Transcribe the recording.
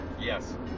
yes